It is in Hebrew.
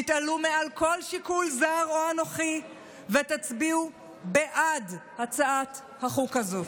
תתעלו מעל כל שיקול זר או אנוכי ותצביעו בעד הצעת החוק הזו.